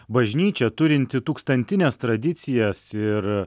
bažnyčia turinti tūkstantines tradicijas ir